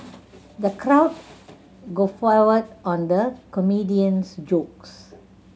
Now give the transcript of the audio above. the crowd guffawed on the comedian's jokes